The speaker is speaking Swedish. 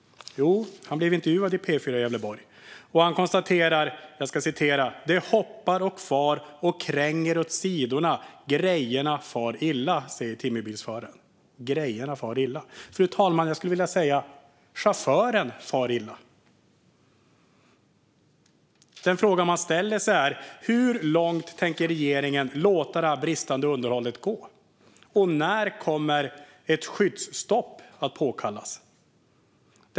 Han blev intervjuad i P4 Gävleborg, och han sa: "Det hoppar och far och kränger åt sidorna, grejerna far illa." Fru talman! Jag skulle vilja säga: Chauffören far illa. Den fråga man ställer sig är: Hur långt tänker regeringen låta det bristande underhållet gå? När kommer ett skyddsstopp att påkallas?